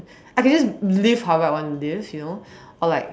I can just live however I want to live you know or like